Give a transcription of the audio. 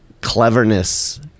cleverness